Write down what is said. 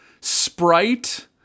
Sprite